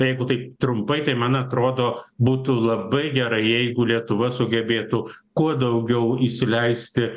jeigu taip trumpai tai man atrodo būtų labai gerai jeigu lietuva sugebėtų kuo daugiau įsileisti